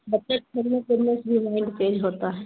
بچے کھیلنے کودنے سے بھی مائنڈ تیز ہوتا ہے